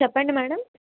చెప్పండి మ్యాడమ్